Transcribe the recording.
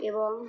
এবং